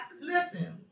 Listen